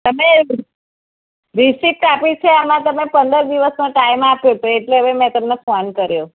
તમે રિસીપ્ટ આપી છે એમાં તમે પંદર દિવસનો ટાઈમ આપ્યો તો એટલે હવે મેં તમને ફોન કર્યો